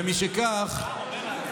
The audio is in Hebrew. משכך,